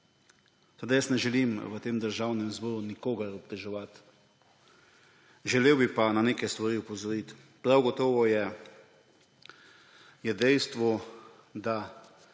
države. Ne želim v tem državnem zboru nikogar obtoževati, želel bi pa na neke stari opozoriti. Prav gotovo je dejstvo, da